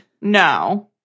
No